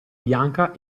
bianca